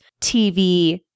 tv